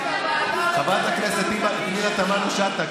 חברת הכנסת פנינה תמנו-שטה,